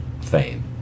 fame